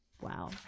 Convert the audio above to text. Wow